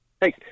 Hey